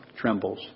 trembles